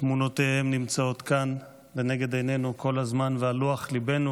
תמונותיהם נמצאות כאן לנגד עינינו כל הזמן ועל לוח ליבנו,